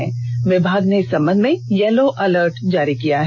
मौसम विभाग ने इस संबंघ में येलो अलर्ट जारी किया है